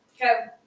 Okay